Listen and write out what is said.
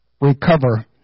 recover